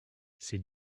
c’est